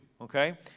Okay